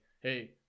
hey